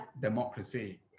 Democracy